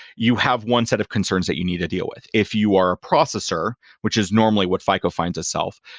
you have one set of concerns that you need to deal with. if you are a processor, which is normally what fico finds itself,